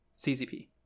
CZP